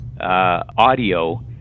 audio